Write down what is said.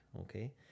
Okay